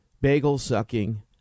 bagel-sucking